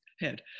head